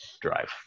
drive